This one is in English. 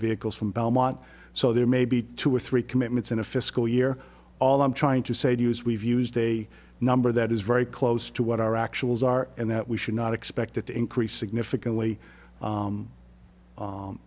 vehicles from belmont so there may be two or three commitments in a fiscal year all i'm trying to say to you is we've used a number that is very close to what our actual is are and that we should not expect it to increase significantly